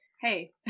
hey